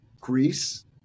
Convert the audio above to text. Greece